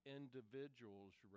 individual's